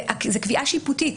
זאת קביעה שיפוטית.